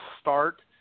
start